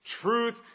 Truth